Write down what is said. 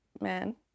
man